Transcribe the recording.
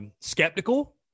skeptical